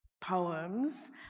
poems